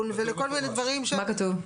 ולכל מיני דברים ש --- כתוב במפורש.